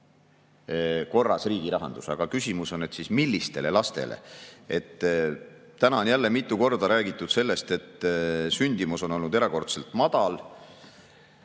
korras riigirahandus. Aga küsimus on, millistele lastele. Täna on mitu korda räägitud sellest, et sündimus on olnud erakordselt madal.